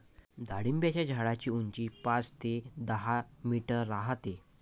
डाळिंबाच्या झाडाची उंची पाच ते दहा मीटर राहते